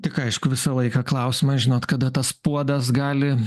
tik aišku visą laiką klausimas žinot kada tas puodas gali